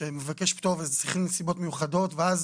שמבקש פטור וצריך נסיבות מיוחדות ואז